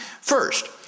First